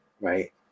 Right